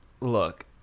Look